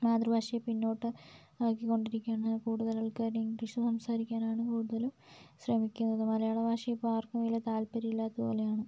മാതൃഭാഷയെ പിന്നോട്ട് ആക്കിക്കൊണ്ടിരിക്കുകയാണ് കൂടുതൽ ആൾക്കാരും ഇംഗ്ലീഷ് സംസാരിക്കാനാണ് കൂടുതലും ശ്രമിക്കുന്നത് മലയാള ഭാഷ ഇപ്പോൾ ആർക്കും വലിയ താല്പര്യമില്ലാത്ത പോലെയാണ്